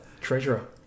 treasurer